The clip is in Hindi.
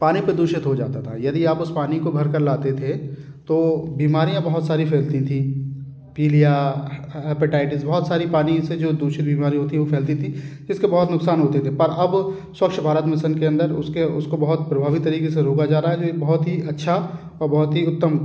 पानी प्रदूषित हो जाता था यदि आप उस पानी को भर कर लाते थे तो बीमारियाँ बहुत सारी फैलती थी पीलिया हेपेटाइटिस बहुत सारी पानी से जो दूषित बीमारी होती थी वो फैलती थी इसके बहुत नुक़सान होते थे पर अब स्वच्छ भारत मिशन के अंदर उसके उसको बहुत प्रभावी तरीक़े से रोका जा रहा है ये बहुत ही अच्छा और बहुत ही उत्तम